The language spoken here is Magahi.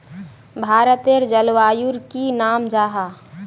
भारतेर जलवायुर की नाम जाहा?